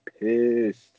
pissed